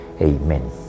Amen